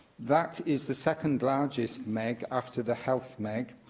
that is the second largest meg after the health meg,